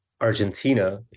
Argentina